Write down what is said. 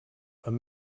amb